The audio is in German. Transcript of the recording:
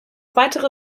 weitere